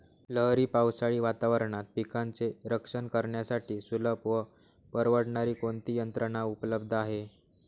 लहरी पावसाळी वातावरणात पिकांचे रक्षण करण्यासाठी सुलभ व परवडणारी कोणती यंत्रणा उपलब्ध आहे?